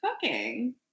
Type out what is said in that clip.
cooking